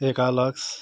एकालक्स